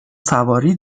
سواری